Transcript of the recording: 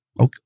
okay